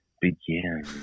Begin